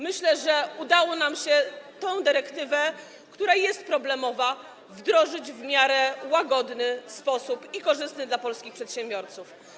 Myślę, że udało nam się tę dyrektywę, która jest problemowa, wdrożyć w miarę łagodny i korzystny dla polskich przedsiębiorców sposób.